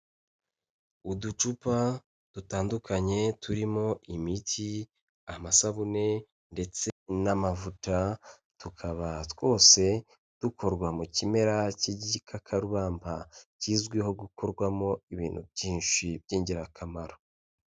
Uducupa dutandukanye turimo imiti, amasabune ndetse n'amavuta, tukaba twose dukorwa mu kimera k'igikakarubamba, kizwiho gukorwamo ibintu byinshi by'ingirakamaro.